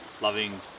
loving